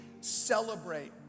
celebrate